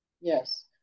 Yes